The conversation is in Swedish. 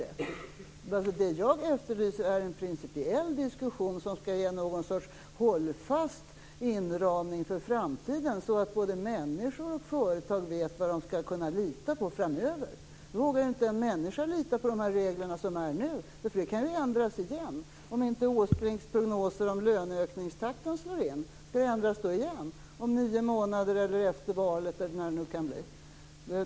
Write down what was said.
Det som jag efterlyser är en principiell diskussion som skall ge någon sorts hållfast inramning för framtiden, så att både människor och företag vet vad de skall kunna lita på framöver. Nu vågar ju inte en människa lita på de nuvarande reglerna, eftersom de kan ändras igen. Om Åsbrinks prognoser om löneökningstakten inte slår in, skall reglerna då ändras igen om nio månader, efter valet eller när det kan bli?